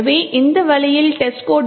எனவே இந்த வழியில் testcode